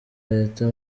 leta